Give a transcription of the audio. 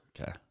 Okay